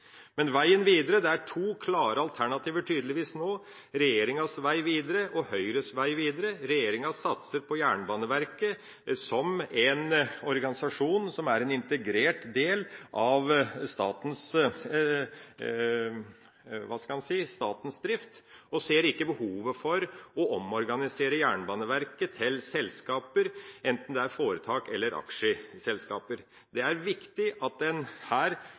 veien videre. Det er nå tydeligvis to klare alternativer: regjeringas vei videre og Høyres vei videre. Regjeringa satser på Jernbaneverket som en organisasjon som er en integrert del av statens drift, og ser ikke behovet for å omorganisere Jernbaneverket til selskaper, enten det er foretak eller aksjeselskaper. Det er viktig at en her